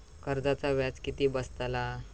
कर्जाचा व्याज किती बसतला?